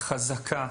חזקה,